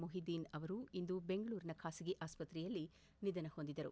ಮೊಹಿದೀನ್ ಅವರು ಇಂದು ಬೆಂಗಳೂರಿನ ಖಾಸಗಿ ಆಸ್ಪತ್ರೆಯಲ್ಲಿ ನಿಧನ ಹೊಂದಿದರು